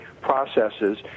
processes